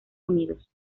unidos